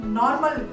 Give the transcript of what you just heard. normal